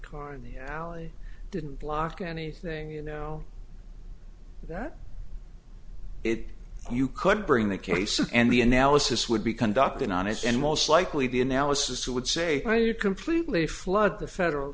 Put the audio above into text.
car in the alley didn't block anything you know that it you could bring the case and the analysis would be conducted on it and most likely the analysis would say no you completely flood the federal